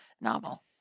novel